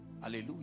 hallelujah